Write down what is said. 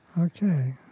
Okay